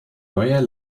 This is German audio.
neuer